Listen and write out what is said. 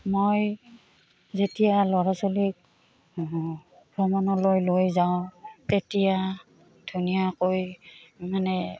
মই যেতিয়া ল'ৰা ছোৱালীক ভ্ৰমণলৈ লৈ যাওঁ তেতিয়া ধুনীয়াকৈ মানে